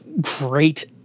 great